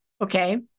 Okay